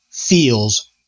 Feels